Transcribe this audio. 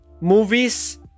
Movies